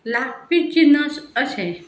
लागपी जिनस अशे